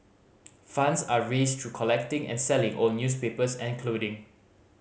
funds are raised through collecting and selling old newspapers and clothing